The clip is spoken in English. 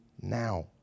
now